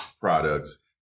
products